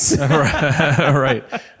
Right